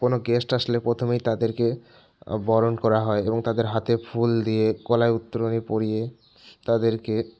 কোনও গেস্ট আসলে প্রথমেই তাদেরকে বরণ করা হয় এবং তাদের হাতে ফুল দিয়ে গলায় উত্তরীয় পরিয়ে তাদেরকে